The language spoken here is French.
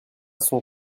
son